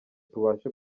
tubashe